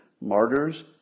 martyrs